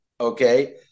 Okay